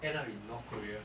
end up in north korea